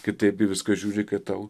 kitaip į viską žiūri kaip tau